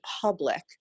public